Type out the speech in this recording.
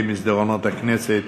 במסדרונות הכנסת,